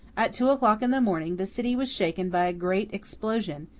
at two o'clock in the morning the city was shaken by a great explosion,